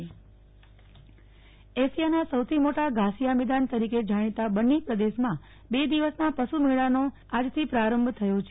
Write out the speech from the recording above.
નેહ્લ ઠકકર મેળાનો પ્રારંભ એશિયાના સૌથી મોટા ઘાસિયા મેદાન તરીકે જાણીતાં બન્ની પ્રદેશમાં બે દિવસના પશુ મેળાનો આજથી પ્રારંભ થયો છે